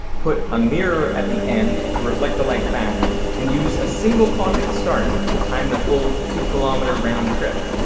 put a mirror at the end to reflect the light back and use a single clock at the start to time the full two kilometer round trip.